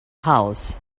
house